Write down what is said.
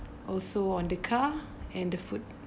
also on the car and the food